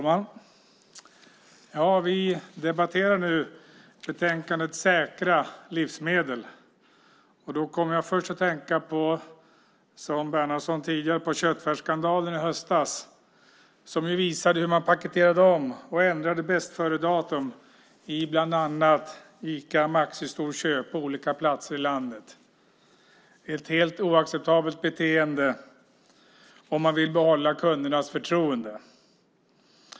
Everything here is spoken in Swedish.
Fru talman! Vi debatterar nu betänkandet Säkra livsmedel . Då kommer jag, som Bernhardsson tidigare, först att tänka på köttfärsskandalen i höstas, som ju visade hur man paketerade om och ändrade bästföredatum i bland annat Ica Maxi-storköp på olika platser i landet - ett helt oacceptabelt beteende om man vill behålla kundernas förtroende.